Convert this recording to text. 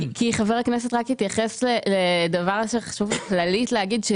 חבר הכנסת התייחס לדבר שחשוב לי כללית להגיד.